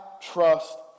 trust